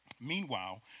meanwhile